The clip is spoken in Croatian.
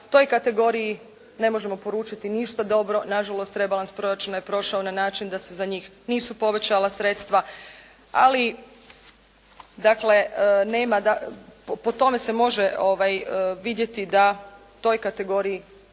toj kategoriji ne možemo poručiti ništa drugo, nažalost rebalans proračuna je prošao na način da se za njih nisu povećala sredstva ali dakle, nema, po tome se može vidjeti da toj kategoriji